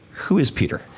who is peter?